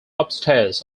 upstairs